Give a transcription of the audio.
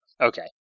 okay